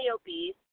obese